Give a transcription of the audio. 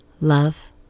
Love